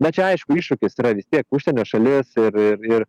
bet čia aišku iššūkis yra vis tiek užsienio šalis ir ir ir